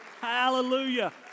Hallelujah